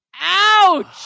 Ouch